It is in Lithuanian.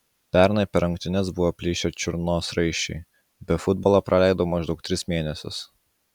pernai per rungtynes buvo plyšę čiurnos raiščiai be futbolo praleidau maždaug tris mėnesius